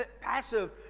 passive